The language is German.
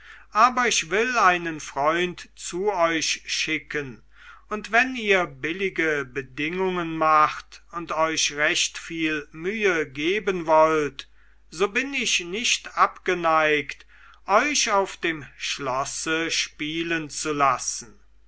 aber ich will einen freund zu euch schicken und wenn ihr billige bedingungen macht und euch recht viel mühe geben wollt so bin ich nicht abgeneigt euch auf dem schlosse spielen zu lassen